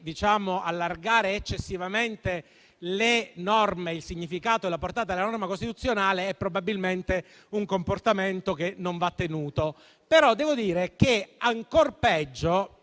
allargare eccessivamente il significato e la portata della norma costituzionale è probabilmente un comportamento che non va tenuto, ma devo dire che ancor peggio